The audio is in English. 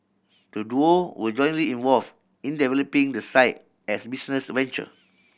the duo were jointly involve in developing the site as business venture